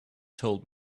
told